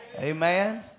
Amen